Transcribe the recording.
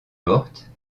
morte